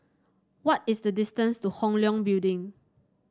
what is the distance to Hong Leong Building